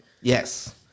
yes